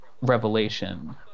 revelation